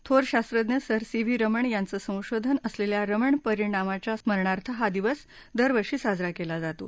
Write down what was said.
थोर शास्त्रज्ञ sir C V Raman यांचं संशोधन असलेल्या रमण परिणामाच्या स्मरणार्थ हा दिवस दरवर्षी साजरा केला जातो